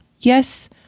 Yes